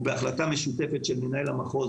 ובהחלטה משותפת של מנהל המחוז